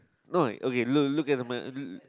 no okay loo~ look at the mic